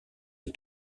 les